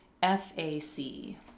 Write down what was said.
F-A-C